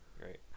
great